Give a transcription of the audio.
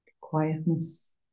quietness